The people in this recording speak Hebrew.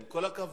עם כל הכבוד.